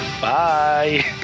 Bye